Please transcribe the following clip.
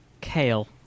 Kale